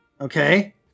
okay